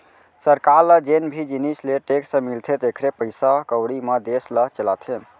सरकार ल जेन भी जिनिस ले टेक्स मिलथे तेखरे पइसा कउड़ी म देस ल चलाथे